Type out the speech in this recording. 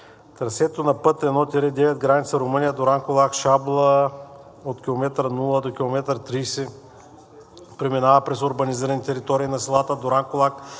трасето на път I-9 граница Румъния – Дуранкулак – Шабла от км 0 до км 30 преминава през урбанизираните територии на селата Дуранкулак,